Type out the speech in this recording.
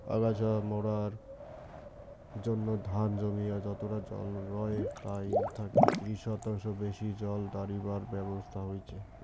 আগাছা মারার জইন্যে ধান জমি যতটা জল রয় তাই থাকি ত্রিশ শতাংশ বেশি জল দাড়িবার ব্যবছস্থা হইচে